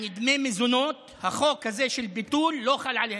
יעני, דמי מזונות, החוק הזה של ביטול לא חל עליהם.